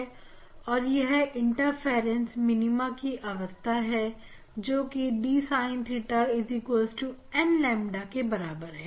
और यह interference minima की अवस्था है जो कि d sin theta n के बराबर है